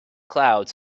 clouds